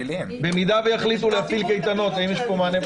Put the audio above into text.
במידה שיחליטו להפעיל קייטנות, האם יש פה מענה?